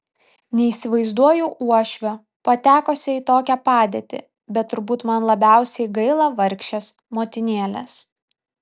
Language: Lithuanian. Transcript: neįsivaizduoju uošvio patekusio į tokią padėtį bet turbūt man labiausiai gaila vargšės motinėlės